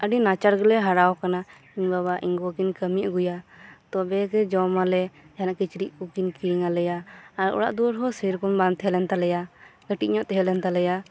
ᱟᱹᱰᱤ ᱱᱟᱪᱟᱨ ᱜᱤᱞᱮ ᱦᱟᱨᱟᱣᱟᱠᱟᱱᱟ ᱤᱧ ᱵᱟᱵᱟ ᱤᱧ ᱜᱚᱜᱚ ᱠᱤᱱ ᱠᱟᱹᱢᱤ ᱟᱹᱜᱩᱭᱟ ᱛᱚᱵᱮ ᱜᱮ ᱡᱚᱢᱟᱞᱮ ᱡᱟᱦᱟᱱᱟᱜ ᱠᱤᱪᱨᱤᱡ ᱠᱩᱠᱤᱱ ᱠᱤᱨᱤᱧ ᱟᱞᱮᱭᱟ ᱟᱨ ᱚᱲᱟᱜ ᱫᱩᱣᱟᱹᱨ ᱦᱚᱸ ᱥᱮᱨᱚᱠᱚᱢ ᱵᱟᱝ ᱛᱟᱦᱮᱸᱞᱮᱱ ᱛᱟᱞᱮᱭᱟ ᱠᱟᱹᱴᱤᱡ ᱧᱚᱜ ᱛᱟᱦᱮᱸ ᱞᱮᱱ ᱛᱟᱞᱮᱭᱟ